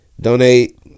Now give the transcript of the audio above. Donate